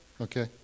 Okay